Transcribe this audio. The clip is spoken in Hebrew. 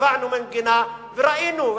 שמענו מנגינה וראינו,